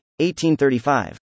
1835